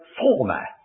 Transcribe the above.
former